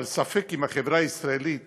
אבל ספק אם החברה הישראלית